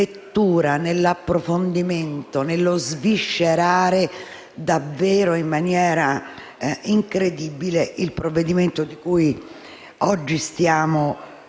nell'approfondimento, nello sviscerare davvero in maniera incredibile il provvedimento che oggi stiamo esaminando.